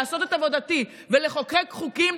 לעשות את עבודתי ולחוקק חוקים,